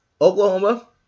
Oklahoma